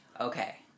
Okay